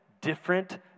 different